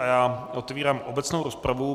A já otevírám obecnou rozpravu.